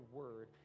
word